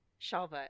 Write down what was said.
Shalva